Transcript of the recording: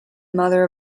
mother